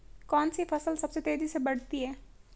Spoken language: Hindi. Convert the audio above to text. कौनसी फसल सबसे तेज़ी से बढ़ती है?